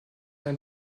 ein